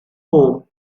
home